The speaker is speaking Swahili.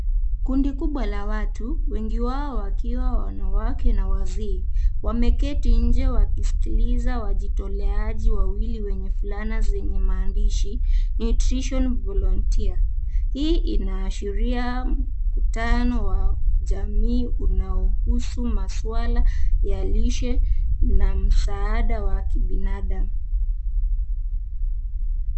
Kundi kubwa la watu, wengi wao wakiwa wanawake na wazee, wameketi nje wakisikiliza wajitoleaji wawili wenye fulana zenye maandishi, Nutrition Volunteer . Hii inaashiria mkutano wa jamii unaohusu maswala ya lishe na msaada wa kibinadam.